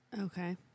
Okay